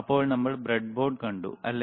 അപ്പോൾ നമ്മൾ ബ്രെഡ്ബോർഡ് കണ്ടു അല്ലേ